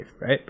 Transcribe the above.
right